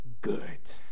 good